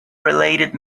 related